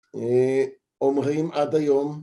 אומרים עד היום